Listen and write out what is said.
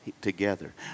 together